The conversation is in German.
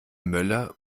möller